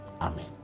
Amen